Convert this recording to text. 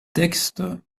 textes